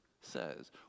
says